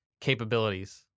capabilities